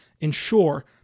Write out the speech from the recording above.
ensure